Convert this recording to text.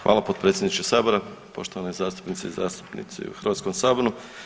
Hvala potpredsjedniče Sabora, poštovane zastupnice i zastupnici u Hrvatskom saboru.